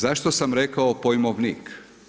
Zašto sam rekao pojmovnik?